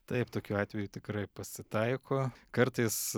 taip tokių atvejų tikrai pasitaiko kartais